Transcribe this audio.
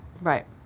Right